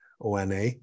ONA